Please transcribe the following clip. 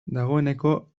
dagoeneko